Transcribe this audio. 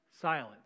Silence